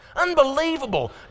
Unbelievable